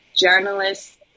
journalists